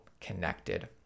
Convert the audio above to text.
connected